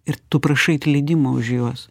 ir tu prašai atleidimo už juos